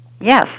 yes